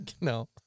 No